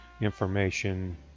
information